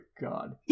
God